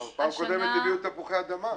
לא, בפעם הקודמת הביאו תפוחי אדמה.